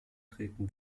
treten